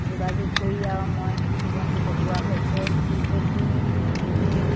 যোগাযোগ কৰি আৰু মই জীৱনটো কটোৱা হৈছে এইখিনি পুহি